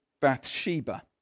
Bathsheba